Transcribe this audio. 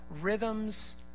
Rhythms